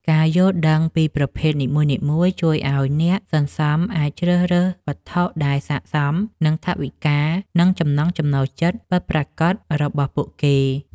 ការយល់ដឹងពីប្រភេទនីមួយៗជួយឱ្យអ្នកសន្សំអាចជ្រើសរើសវត្ថុដែលស័ក្តិសមនឹងថវិកា និងចំណង់ចំណូលចិត្តពិតប្រាកដរបស់ពួកគេ។